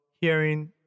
hearing